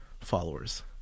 followers